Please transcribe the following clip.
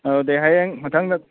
ꯑꯗꯨꯗꯤ ꯍꯌꯦꯡ ꯃꯊꯪꯗ